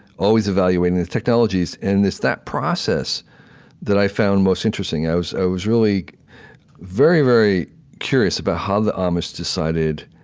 always evaluating the technologies. and it's that process that i found most interesting. i was i was really very, very curious about how the amish decided